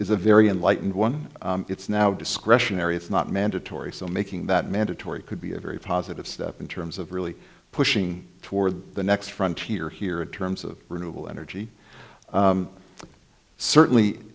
is a very enlightened one it's now discretionary it's not mandatory so making that mandatory could be a very positive step in terms of really pushing toward the next frontier here in terms of renewable energy certainly